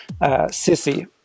Sissy